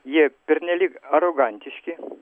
jie pernelyg arogantiški